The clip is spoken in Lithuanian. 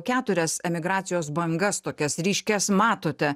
keturias emigracijos bangas tokias ryškias matote